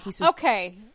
Okay